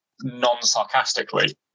non-sarcastically